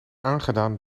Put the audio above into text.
aangedaan